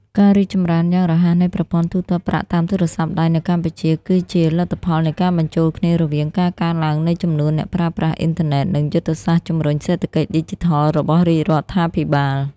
ការរីកចម្រើនយ៉ាងរហ័សនៃប្រព័ន្ធទូទាត់ប្រាក់តាមទូរស័ព្ទដៃនៅកម្ពុជា គឺជាលទ្ធផលនៃការបញ្ចូលគ្នារវាងការកើនឡើងនៃចំនួនអ្នកប្រើប្រាស់អ៊ីនធឺណិត និងយុទ្ធសាស្ត្រជម្រុញសេដ្ឋកិច្ចឌីជីថលរបស់រាជរដ្ឋាភិបាល។